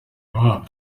iwabo